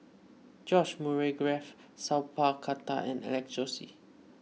George Murray Reith Sat Pal Khattar and Alex Josey